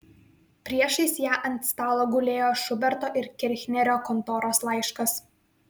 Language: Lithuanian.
priešais ją ant stalo gulėjo šuberto ir kirchnerio kontoros laiškas